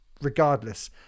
regardless